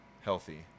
healthy